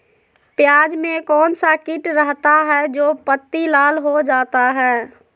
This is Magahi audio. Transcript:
प्याज में कौन सा किट रहता है? जो पत्ती लाल हो जाता हैं